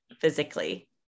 physically